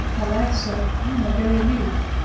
alas, sir, i am a very youth!